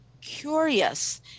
curious